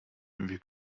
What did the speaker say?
wir